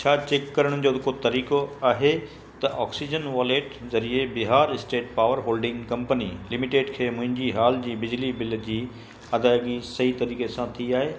छा चैक करण जो को तरीक़ो आहे त ऑक्सीजन वॉलेट ज़रिए Bihar state power holding company limited खे मुंहिंजी हाल जी बिजली बिल जी अदायगी सही तरीक़े सां थी आहे